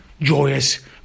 joyous